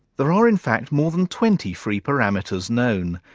there are in fact more than twenty free parameters known,